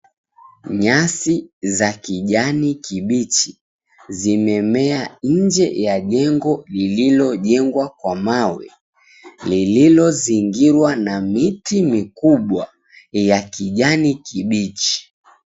Nyasi za kijani kibichi zimemea nje ya jengo lililojengwa kwa mawe, lililozingirwa na miti mikubwa ya kijani kibichi.